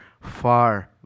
far